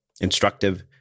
Instructive